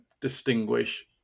distinguish